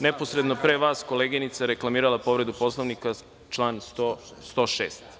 Neposredno pre vas koleginica je reklamirala Poslovnika član 106.